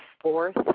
fourth